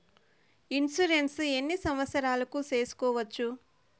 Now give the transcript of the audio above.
Insurance ఎన్ని సంవత్సరాలకు సేసుకోవచ్చు?